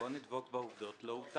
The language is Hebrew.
בוא נדבוק בעובדות, לא הוטל.